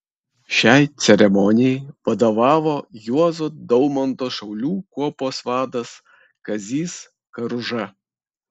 šiai ceremonijai vadovavo juozo daumanto šaulių kuopos vadas kazys karuža